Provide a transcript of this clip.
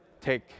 take